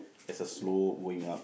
there's a slope going up